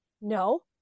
No